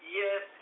yes